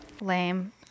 Lame